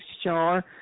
sure